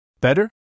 Better